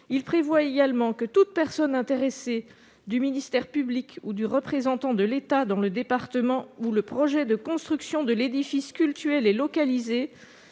à prévoir que toute personne intéressée du ministère public ou le représentant de l'État dans le département où le projet de construction de l'édifice cultuel est localisé